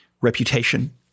reputation